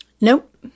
Nope